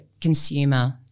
consumer